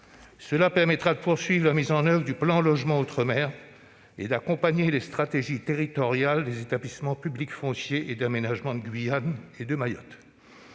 Cela permettra de poursuivre la mise en oeuvre du plan Logement outre-mer et d'accompagner les stratégies territoriales des établissements publics fonciers et d'aménagement de Guyane et de Mayotte.